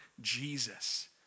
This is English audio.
Jesus